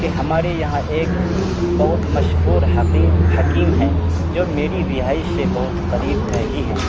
کہ ہمارے یہاں ایک بہت مشہور حکیم حکیم ہے جو میری رہائش سے بہت قریب میں ہی ہیں